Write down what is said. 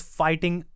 fighting